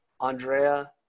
Andrea